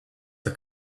the